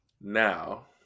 Now